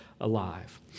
alive